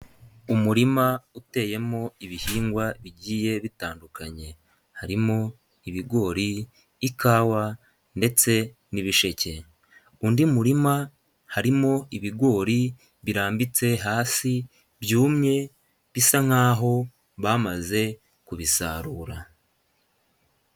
Umurima uteyemo ibihingwa bigiye bitandukanye harimo: ibigori, ikawa ndetse n'ibisheke; undi murima harimo ibigori birambitse hasi byumye bisa nk'aho bamaze kubisarura.